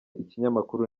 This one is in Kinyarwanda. ikinyamakuru